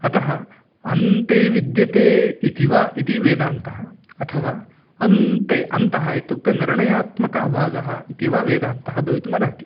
अतः अन्ते विद्यते इति वा इति वेदान्तः अथवा अन्ते अन्तः इत्युक्ते निर्णयात्मकः भागः इत्येव वेदान्तः भवितुमर्हति